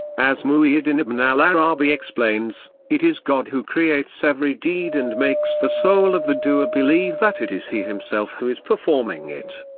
as muhyiddin ibn al-'arabi explains, it is god who creates every deed and makes the soul of the doer believe that it is he himself who is performing it.